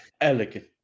elegant